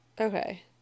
Okay